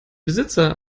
besitzer